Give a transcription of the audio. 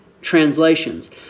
translations